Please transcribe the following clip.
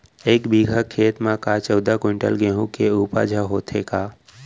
एक बीघा खेत म का चौदह क्विंटल गेहूँ के उपज ह होथे का?